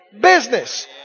business